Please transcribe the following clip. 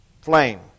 flame